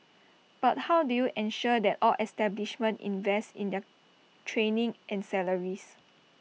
but how do you ensure that all establishments invest in their training and salaries